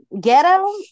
Ghetto